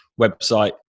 website